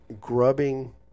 grubbing